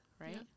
right